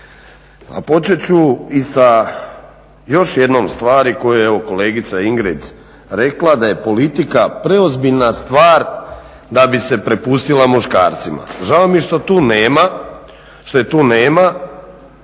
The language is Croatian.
A počet ću i sa još jednom stvari koju je evo kolegica Ingrid rekla da je politika preozbiljna stvar da bi se prepustila muškarcima. Žao mi je što je tu nema,